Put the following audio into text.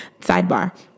sidebar